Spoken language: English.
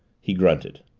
he grunted.